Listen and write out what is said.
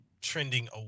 trending